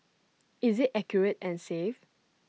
is IT accurate and safe